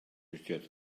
betsjut